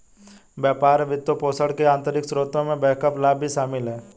व्यापार वित्तपोषण के आंतरिक स्रोतों में बैकअप लाभ भी शामिल हैं